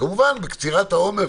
כמובן בקצירת העומר,